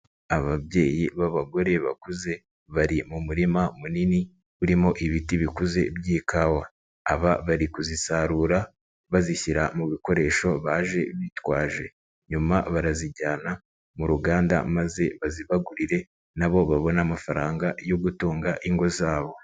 Ababyeyi b'abagore bakuze, bari mu murima munini urimo ibiti bikuze by'ikawa, aba bari kuzisarura bazishyira mu bikoresho baje bitwaje, nyuma barazijyana mu ruganda maze bazibagurire, na bo babone amafaranga yo gutunga ingo zabo.